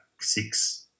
six